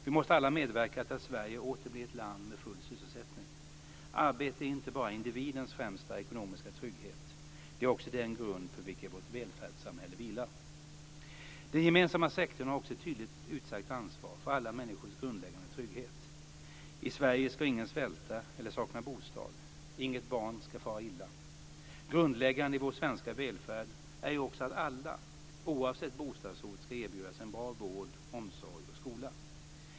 Vi måste alla medverka till att Sverige åter blir ett land med full sysselsättning. Arbete är inte bara individens främsta ekonomiska trygghet. Det är också den grund på vilken vårt välfärdssamhälle vilar. Den gemensamma sektorn har också ett tydligt utsagt ansvar för alla människors grundläggande trygghet. I Sverige ska ingen svälta eller sakna bostad. Inget barn ska fara illa. Grundläggande i vår svenska välfärd är också att alla, oavsett bostadsort, ska erbjudas en bra vård, omsorg och skola.